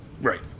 right